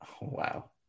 Wow